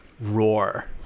roar